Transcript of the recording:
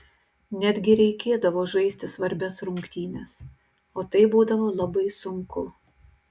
netgi reikėdavo žaisti svarbias rungtynes o tai būdavo labai sunku